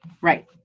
Right